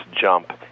jump